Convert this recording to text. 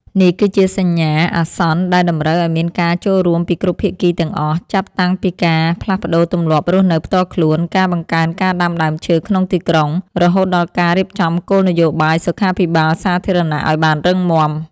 នេះគឺជាសញ្ញាអាសន្នដែលតម្រូវឱ្យមានការចូលរួមពីគ្រប់ភាគីទាំងអស់ ចាប់តាំងពីការផ្លាស់ប្តូរទម្លាប់រស់នៅផ្ទាល់ខ្លួន ការបង្កើនការដាំដើមឈើក្នុងទីក្រុង រហូតដល់ការរៀបចំគោលនយោបាយសុខាភិបាលសាធារណៈឱ្យបានរឹងមាំ។